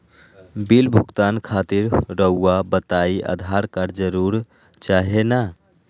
Bill भुगतान खातिर रहुआ बताइं आधार कार्ड जरूर चाहे ना?